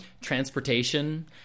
transportation